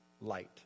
light